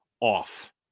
off